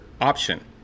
option